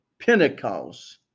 Pentecost